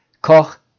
Koch